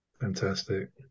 Fantastic